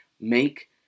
make